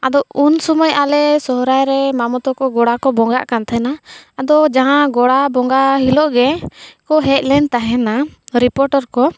ᱟᱫᱚ ᱩᱱ ᱥᱩᱢᱟᱹᱭ ᱟᱞᱮ ᱥᱚᱦᱨᱟᱭᱨᱮ ᱢᱟᱢᱚᱛᱟᱠᱚ ᱜᱚᱲᱟ ᱠᱚ ᱵᱚᱸᱜᱟᱜ ᱠᱟᱱ ᱛᱟᱦᱮᱱᱟ ᱟᱫᱚ ᱡᱟᱦᱟᱸ ᱜᱚᱲᱟ ᱵᱚᱸᱜᱟ ᱦᱤᱞᱳᱜ ᱜᱮ ᱠᱚ ᱦᱮᱡ ᱞᱮᱱ ᱛᱟᱦᱮᱱᱟ ᱨᱤᱯᱳᱴᱟᱨ ᱠᱚ